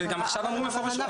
גם עכשיו אמרו מפורשות.